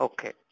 Okay